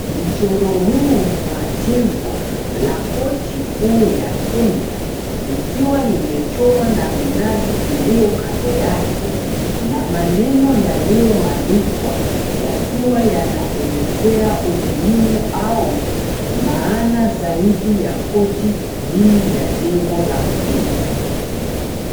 Mchoro huu ni wa jengo la korti kuu ya Kenya, likiwa limechorwa na minazi iliyo kando yake na maneno yaliyo andikwa yakiwa yanaelezea umuhimu au maana zaidi ya koti hii ya jengo la Kenya